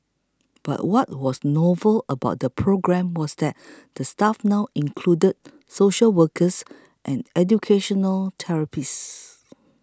but what was novel about the programme was that the staff now included social workers and educational therapists